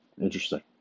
Interesting